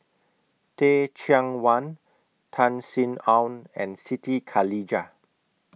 Teh Cheang Wan Tan Sin Aun and Siti Khalijah